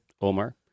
Omar